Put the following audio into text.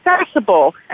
accessible